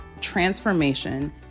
transformation